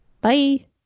bye